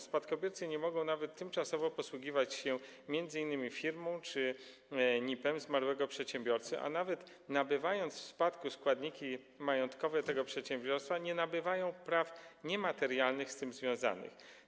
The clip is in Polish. Spadkobiercy nie mogą nawet tymczasowo posługiwać się m.in. nazwą firmy czy NIP-em zmarłego przedsiębiorcy, a nawet nabywając w spadku składniki majątkowe tego przedsiębiorstwa, nie nabywają praw niematerialnych z tym związanych.